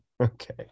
okay